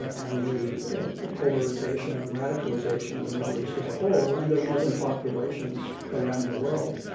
and the ah polarization and radicalization of the middle east as a whole, and of muslim populations around the world.